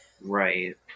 Right